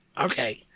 Okay